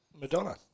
Madonna